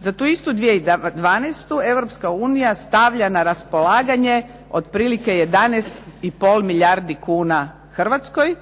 Za tu istu 2012. Europska unija stavlja na raspolaganje otprilike 11,5 milijardi kuna Hrvatske,